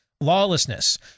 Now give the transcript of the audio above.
lawlessness